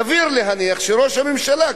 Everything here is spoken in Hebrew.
סביר להניח שראש הממשלה,